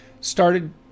started